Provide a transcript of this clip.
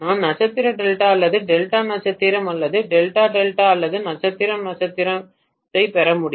நான் நட்சத்திர டெல்டா அல்லது டெல்டா நட்சத்திரம் அல்லது டெல்டா டெல்டா அல்லது நட்சத்திர நட்சத்திரத்தைப் பெற முடியும்